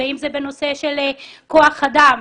אם זה בנושא של כוח אדם,